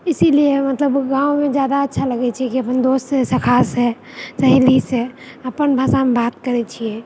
इसीलिए मतलब वहाँ जादा अच्छा लगै छै कि अपन दोस सखा से सहेली से अपन भाषामे बात करै छिऐ